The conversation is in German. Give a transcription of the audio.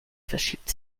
verschiebt